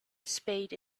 spade